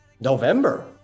November